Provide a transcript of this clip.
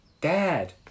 dad